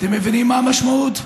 אתם מבינים מה המשמעות?